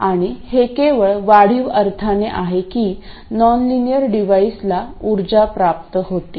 आणि हे केवळ वाढीव अर्थाने आहे की नॉनलिनियर डिव्हाइसला उर्जा प्राप्त होईल